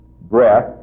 breath